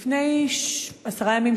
לפני עשרה ימים,